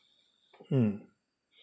mm